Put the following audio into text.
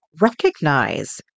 recognize